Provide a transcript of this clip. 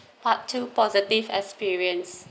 part two positive experience